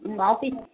உங்கள் ஆஃபீஸ்